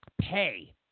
pay